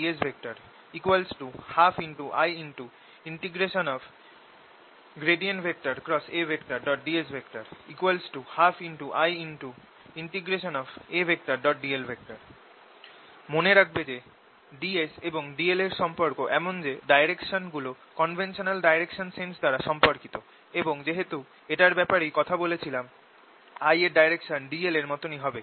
W 12IBdS 12IdS 12IAdl মনে রাখবে যে ds এবং dl এর সম্পর্ক এমন যে ডাইরেকশন গুলো কন্ভেন্সানাল ডিরেকশন সেন্স দ্বারা সম্পর্কিত এবং যেহেতু আমরা এটার ব্যাপারেই কথা বলছিলাম I এর ডাইরেকশন dl এর মতনই হবে